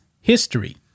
history